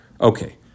Okay